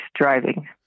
driving